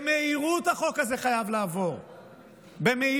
החוק הזה חייב לעבור במהירות,